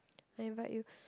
I invite you